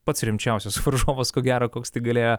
pats rimčiausias varžovas ko gero koks tik galėjo